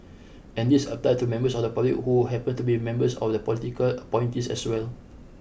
and this applies to members of the public who happen to be members of political appointees as well